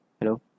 Hello